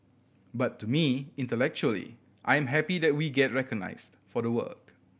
but to me intellectually I am happy that we get recognised for the work